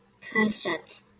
construct